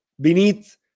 beneath